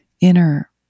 inner